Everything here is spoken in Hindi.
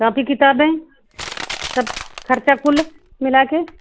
कॉपी किताबें सब खर्चा कुल मिला कर